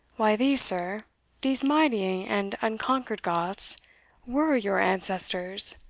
why, these, sir these mighty and unconquered goths were your ancestors!